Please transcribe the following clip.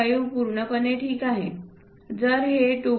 75 पूर्णपणे ठीक आहे जर हे 2